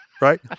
right